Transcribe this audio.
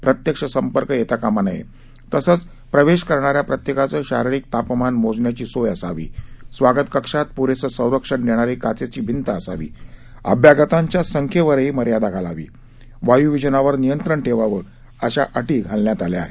प्रत्यक्ष संपर्क येता कामा नये तसंच प्रवेश करणा या प्रत्येकाचं शारिरीक तापमान मोजण्याची सोय असावी स्वागत कक्षात प्रेसं संरक्षण देणारी काचेची भिंत असावी अभ्यागतांच्या संख्येवरती मर्यादा घालावी वाय् विजनावर नियंत्रण ठेवावं अशा अटी घालण्यात आल्या आहेत